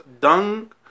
dung